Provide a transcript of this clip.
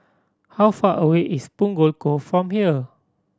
how far away is Punggol Cove from here